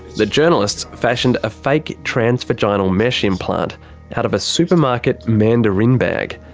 the journalists fashioned a fake trans-vaginal mesh implant out of a supermarket mandarin bag.